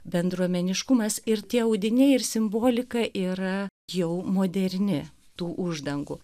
bendruomeniškumas ir tie audiniai ir simbolika yra jau moderni tų uždangų